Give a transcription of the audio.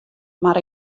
mar